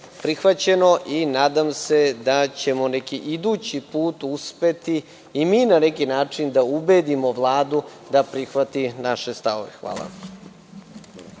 prihvaćeno i nadam se da ćemo neki idući put uspeti i mi na neki način da ubedimo Vladu da prihvati naše stavove. Hvala